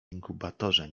inkubatorze